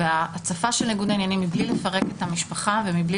וההצפה של ניגוד העניינים מבלי לפרק את המשפחה ומבלי